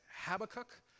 Habakkuk